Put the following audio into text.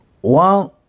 One